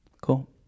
Cool